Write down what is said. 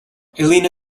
elena